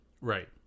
right